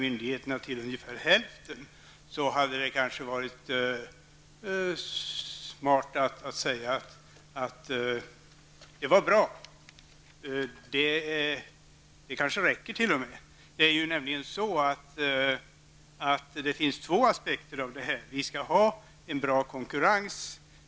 Handläggningstiderna är ju nu ungefär hälften så långa som de var tidigare. Därför hade det kanske varit smart att säga att det är bra. Det kanske t.o.m. räcker. Det finns nämligen två aspekter här. Vi skall ha en bra konkurrens.